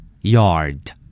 yard